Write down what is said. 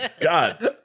God